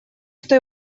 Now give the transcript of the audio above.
что